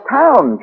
town